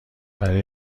برای